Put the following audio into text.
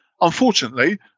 Unfortunately